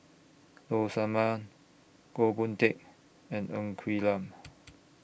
Low Sanmay Goh Boon Teck and Ng Quee Lam